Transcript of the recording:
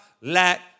Let